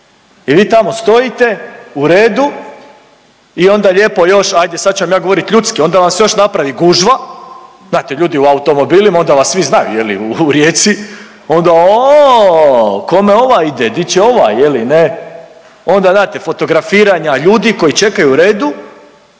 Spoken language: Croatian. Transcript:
i vi tamo stojite u redu i onda lijepo još ajde sad ću vam ja govorit ljudski, onda vas se još napravi gužva, znate ljudi u automobilima onda vas svi znaju je li u Rijeci onda oooo kome ovaj ide, di će ovaj je li ne, onda znate fotografiranja ljudi koji čekaju u redu